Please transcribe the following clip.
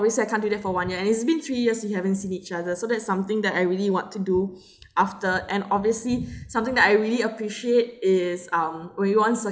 onwards I can't do that for one year and it's been three years we haven't seen each other so that's something that I really want to do after and obviously something that I really appreciate is um really want